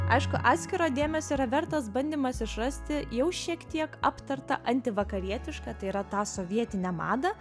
aišku atskiro dėmesio yra vertas bandymas išrasti jau šiek tiek aptartą antivakarietišką tai yra tą sovietinę madą